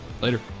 later